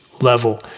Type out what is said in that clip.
level